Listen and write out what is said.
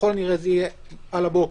ככל הנראה זה יהיה על הבוקר,